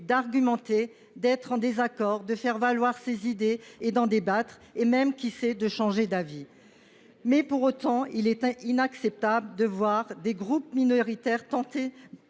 d’argumenter, d’être en désaccord, de faire valoir ses idées et d’en débattre, et même – qui sait ?– de changer d’avis. Pas quand tout est bloqué ! Pour autant, il est inacceptable de voir des groupes minoritaires tenter